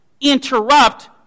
interrupt